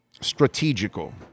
strategical